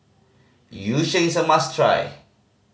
Yu Sheng is a must try